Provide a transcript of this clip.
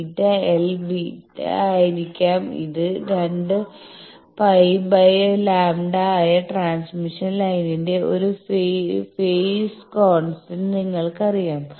βl β ആയിരിക്കാം ഇത് 2 π λ ആയ ട്രാൻസ്മിഷൻ ലൈനിന്റെ ഒരു ഫെയ്സ് കോൺസ്റ്റന്റ് നിങ്ങൾക്കറിയാം